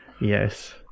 yes